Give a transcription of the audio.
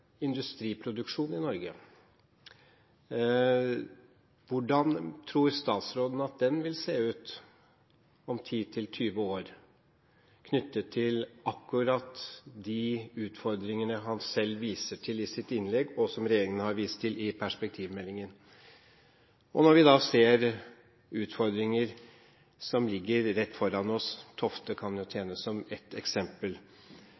industriproduksjon i Norge: Hvordan tror statsråden den vil se ut om 10–20 år, med tanke på akkurat de utfordringene han selv viser til i sitt innlegg, og som regjeringen har vist til i perspektivmeldingen? Når vi ser hvilke utfordringer som ligger rett foran oss – Tofte kan